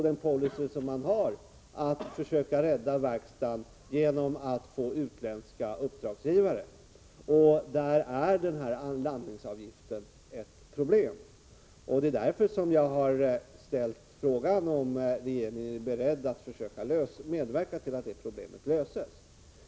Den policy man följer är att försöka rädda verkstaden genom att få utländska uppdragsgivare, och i det sammanhanget är landningsavgiften ett problem. Det är därför som jag har ställt frågan om regeringen är beredd att medverka till att problemet löses.